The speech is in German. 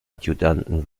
adjutanten